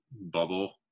bubble